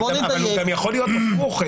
הוא גם יכול להיות הפוך.